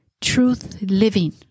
truth-living